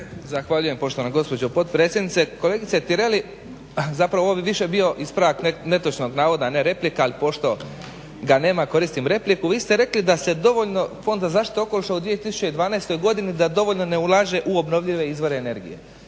Zahvaljujem poštovani gospođo potpredsjednice. Kolegice Tireli, zapravo ovo bi više bio ispravak netočnog navoda, a ne replika, pošto ga nema koristim repliku. Vi ste rekli da Fond za zaštitu okoliša u 2012.godini da dovoljno ne ulaže u obnovljive izvore energije.